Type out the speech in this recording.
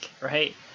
right